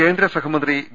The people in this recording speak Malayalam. കേന്ദ്രസഹമന്ത്രി വി